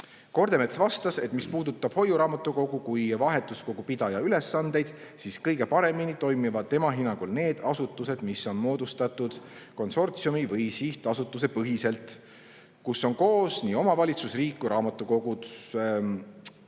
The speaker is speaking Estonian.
Kordemets vastas, et mis puudutab hoiuraamatukogu kui vahetuskogu pidaja ülesandeid, siis kõige paremini toimivad tema hinnangul need asutused, mis on moodustatud konsortsiumi‑ või sihtasutusepõhiselt, kus on koos nii omavalitsus, riik kui ka raamatukogud. Aadu